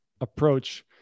approach